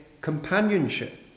companionship